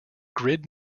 grid